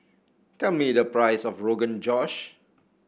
tell me the price of Rogan Josh